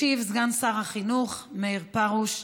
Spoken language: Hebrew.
ישיב סגן שר החינוך מאיר פרוש,